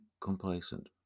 complacent